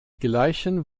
gleichen